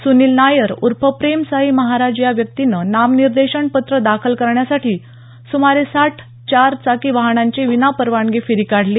सुनील नायर ऊर्फ प्रेम साई महाराज या व्यक्तीनं नामनिर्देशन पत्र दाखल करण्यासाठी सुमारे साठ चार चाकी वाहनाची विनापरवानगी फेरी काढली